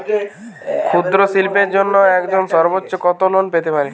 ক্ষুদ্রশিল্পের জন্য একজন সর্বোচ্চ কত লোন পেতে পারে?